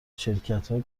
شرکتا